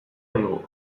digu